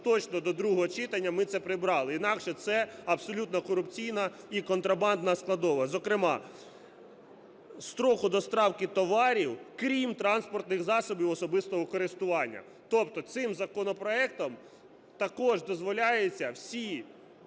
точно до другого читання ми це прибрали, інакше це абсолютно корупційна і контрабандна складова. Зокрема, строку доставки товарів, крім транспортних засобів особистого користування, тобто цим законопроектом також дозволяється всі